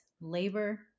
labor